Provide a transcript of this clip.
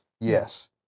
yes